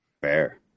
Fair